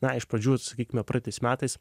na iš pradžių sakykime praeitais metais